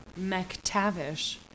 McTavish